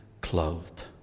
clothed